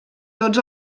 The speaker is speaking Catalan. tots